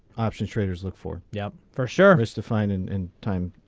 options traders look for yeah for sure has to find in in time.